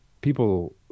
people